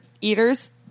eaters